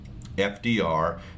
FDR